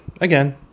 again